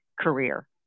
career